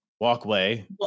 walkway